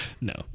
No